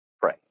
Pray